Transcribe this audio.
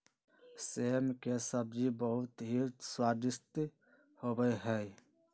सेम के सब्जी बहुत ही स्वादिष्ट होबा हई